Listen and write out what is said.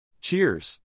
Cheers